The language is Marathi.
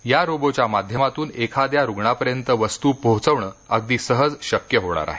या रोबोटच्या माध्यमातुन एखाद्या रुग्णापर्यंत वस्तू पोहोचविणे अगदी सहज शक्य होणार आहे